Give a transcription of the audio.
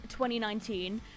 2019